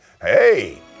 Hey